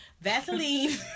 Vaseline